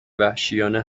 وحشیانه